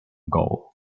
goal